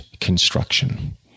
construction